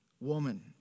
woman